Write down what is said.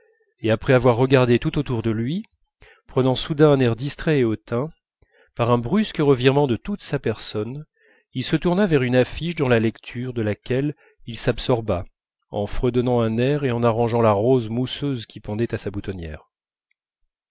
et après avoir regardé tout autour de lui prenant soudain un air distrait et hautain par un brusque revirement de toute sa personne il se tourna vers une affiche dans la lecture de laquelle il s'absorba en fredonnant un air et en arrangeant la rose mousseuse qui pendait à sa boutonnière